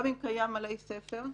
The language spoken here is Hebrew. גם אם קיים עלי ספר,